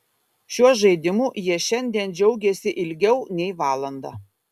šiuo žaidimu jie šiandien džiaugėsi ilgiau nei valandą